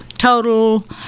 Total